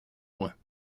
points